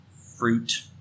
fruit